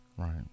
Right